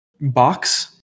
box